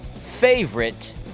favorite